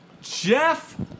Jeff